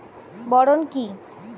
Boron কি?